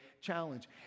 challenge